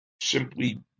simply